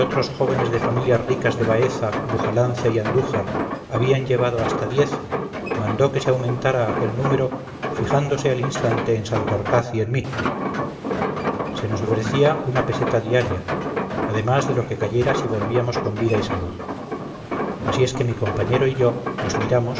jóvenes de familias ricas de baeza bujalance y andújar habían llevado hasta diez mandó que se aumentara aquel número fijándose al instante en santorcaz y en mí se nos ofrecía una peseta diaria además de lo que cayera si volvíamos con vida y salud así es que mi compañero y yo nos miramos